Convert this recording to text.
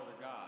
God